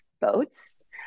boats